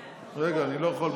רגע, אני לא יכול.